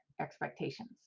expectations